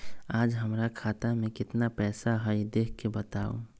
आज हमरा खाता में केतना पैसा हई देख के बताउ?